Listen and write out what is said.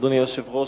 אדוני היושב-ראש,